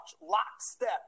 lockstep